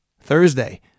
Thursday